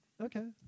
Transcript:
Okay